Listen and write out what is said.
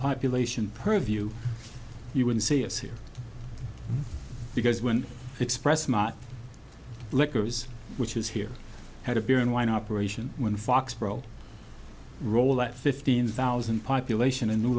population purview you would see is here because when express my liquors which is here had a beer and wine operation when foxboro role that fifteen thousand population a new